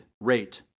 rate